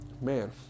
man